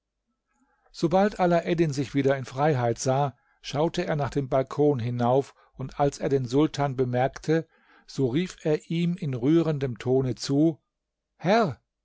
sobald alaeddin sich wieder in freiheit sah schaute er nach dem balkon hinauf und als er den sultan bemerkte so rief er ihm in rührendem tone zu herr